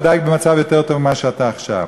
ודאי במצב יותר טוב מזה שאתה בו עכשיו.